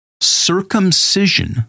Circumcision